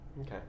Okay